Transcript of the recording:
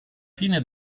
fine